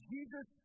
Jesus